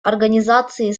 организации